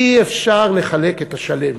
אי-אפשר לחלק את השלם.